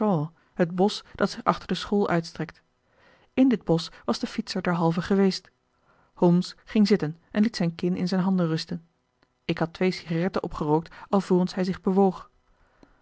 het bosch dat zich achter de school uitstrekt in dit bosch was de fietser derhalve geweest holmes ging zitten en liet zijn kin in zijn handen rusten ik had twee cigaretten opgerookt alvorens hij zich bewoog